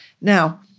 Now